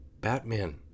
Batman